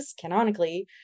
canonically